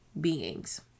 beings